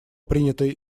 принятое